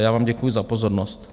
Já vám děkuji za pozornost.